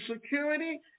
Security